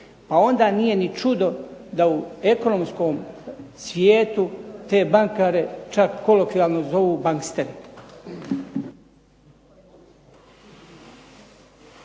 A onda nije ni čudo da u ekonomskom svijetu te bankare čak kolokvijalno zovu banksteri.